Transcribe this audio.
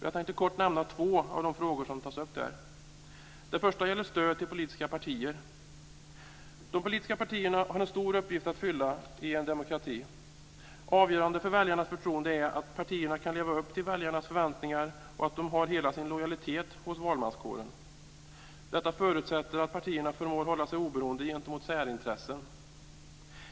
Jag tänker kort nämna två av de frågor som tas upp där. Den första frågan gäller stöd till politiska partier. De politiska partierna har en stor uppgift att fylla i en demokrati. Avgörande för väljarnas förtroende är att partierna kan leva upp till väljarnas förväntningar och att de har hela sin lojalitet hos valmanskåren. Detta förutsätter att partierna förmår hålla sig oberoende gentemot särintressen.